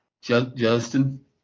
Justin